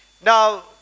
Now